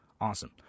awesome